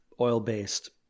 oil-based